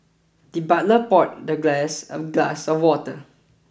the butler poured the guest a glass of water